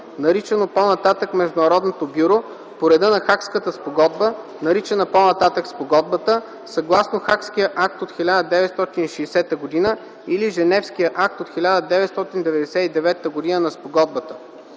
наричано по-нататък „Международното бюро”, по реда на Хагската спогодба, наричана по-нататък "спогодбата", съгласно Хагския акт от 1960 г. или Женевския акт от 1999 г. на спогодбата.